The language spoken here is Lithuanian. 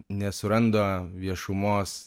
nesuranda viešumos